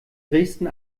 dresden